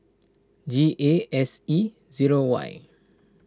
G A S E zero Y